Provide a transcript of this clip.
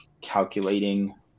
calculating